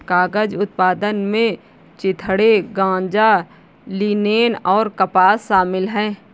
कागज उत्पादन में चिथड़े गांजा लिनेन और कपास शामिल है